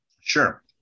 sure